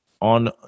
on